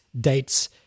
dates